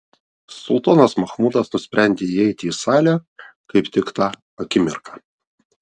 sultonas machmudas nusprendė įeiti į salę kaip tik tą akimirką